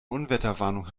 unwetterwarnung